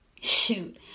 Shoot